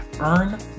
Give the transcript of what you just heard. Earn